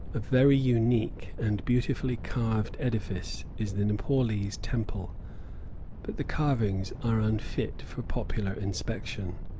a very unique and beautifully carved edifice is the nepaulese temple but the carvings are unfit for popular inspection.